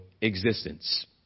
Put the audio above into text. existence